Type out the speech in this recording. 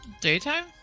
Daytime